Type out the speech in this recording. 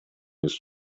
his